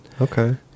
Okay